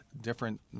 different